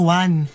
one